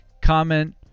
comment